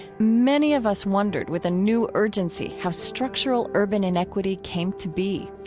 many of us wondered with a new urgency how structural urban inequity came to be,